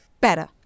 Better